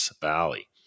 Valley